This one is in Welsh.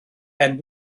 pen